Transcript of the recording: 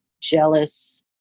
jealous